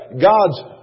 God's